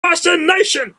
fascination